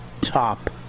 top